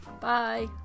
Bye